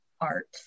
art